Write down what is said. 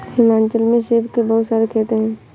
हिमाचल में सेब के बहुत सारे खेत हैं